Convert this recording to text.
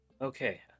Okay